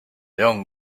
young